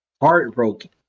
heartbroken